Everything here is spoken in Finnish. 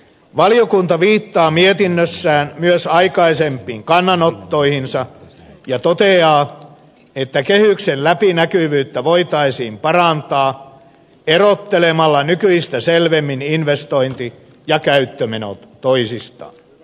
valiokunta viittaa mietinnössään myös aikaisempiin kannanottoihinsa ja toteaa että kehyksen läpinäkyvyyttä voitaisiin parantaa erottelemalla nykyistä selvemmin investointi ja käyttömenot toisistaan